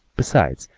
besides,